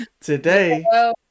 today